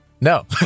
No